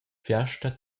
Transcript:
fiasta